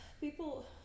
people